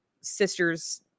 sister's